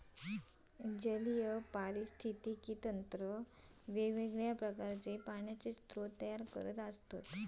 जलीय पारिस्थितिकी तंत्र वेगवेगळ्या प्रकारचे पाण्याचे स्रोत तयार करता